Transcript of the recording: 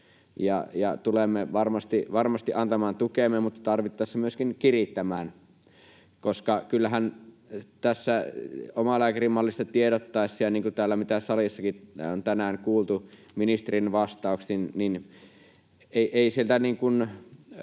tulemme varmasti antamaan tukemme, mutta tarvittaessa myöskin kirittämään, koska kyllähän tässä omalääkärimallista tiedotettaessa, niin kuin mitä täällä salissakin on tänään kuultu ministerin vastauksin ja niin